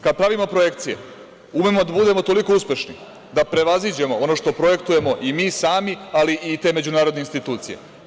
Kada pravimo projekcije umemo da budemo toliko uspešni da prevaziđemo ono što projektujemo i mi sami, ali i te međunarodne institucije.